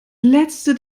letzte